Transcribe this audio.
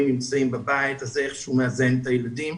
נמצאים בבית ואז איכשהו זה מאזן את הילדים.